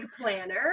planner